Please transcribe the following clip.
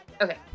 okay